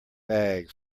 bag